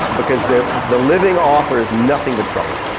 because the the living author is nothing but trouble.